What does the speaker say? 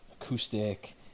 acoustic